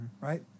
right